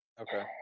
Okay